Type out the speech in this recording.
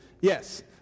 Yes